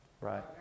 Right